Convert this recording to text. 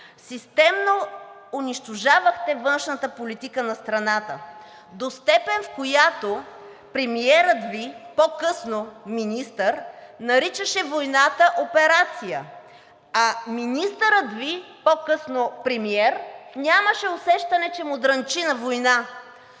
Системно унищожавахте външната политика на страната до степен, в която премиерът Ви, по-късно министър, наричаше войната „операция“, а министърът Ви, по-късно премиер, нямаше усещане, че му дрънчи на война.